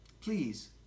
Please